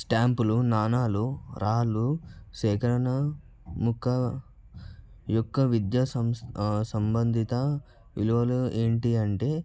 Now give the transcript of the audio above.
స్టాంపులు నాణాలు రాళ్ళు సేకరణ మొక్క యొక్క విద్యాసంస్థ సంబంధిత విలువలు ఏంటి అంటే